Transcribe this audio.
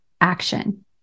action